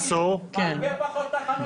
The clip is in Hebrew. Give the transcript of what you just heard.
--- הרבה תחנות.